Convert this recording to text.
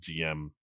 GM